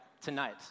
tonight